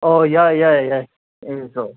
ꯑꯣ ꯌꯥꯏ ꯌꯥꯏ ꯌꯥꯏ ꯑꯦ ꯁꯣ